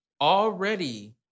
already